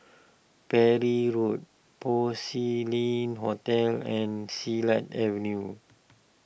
Parry Road Porcelain Hotel and Silat Avenue